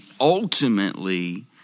ultimately